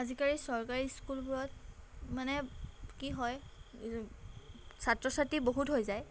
আজিকালি চৰকাৰী স্কুলবোৰত মানে কি হয় ছাত্ৰ ছাত্ৰী বহুত হৈ যায়